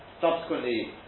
subsequently